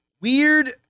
weird